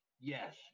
Yes